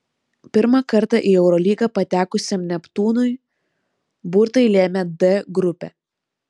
pirmą kartą į eurolygą patekusiam neptūnui burtai lėmė d grupę